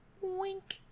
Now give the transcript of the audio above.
Wink